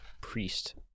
priest